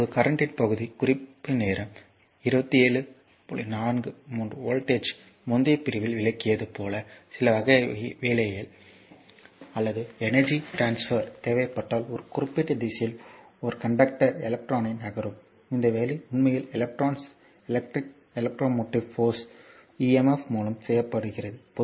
இப்போது கரண்ட்யின் பகுதி காட்டப்பட்டுள்ளபடி குறிக்கப்படுகிறது